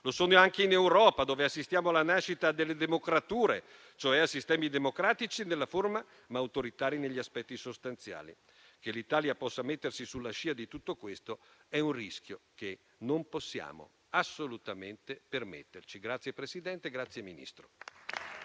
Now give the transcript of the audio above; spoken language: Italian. lo sono anche in Europa dove assistiamo alla nascita delle "democrature", cioè a sistemi democratici nella forma, ma autoritari negli aspetti sostanziali. Che l'Italia possa mettersi sulla scia di tutto questo è un rischio che non possiamo assolutamente permetterci. PRESIDENTE.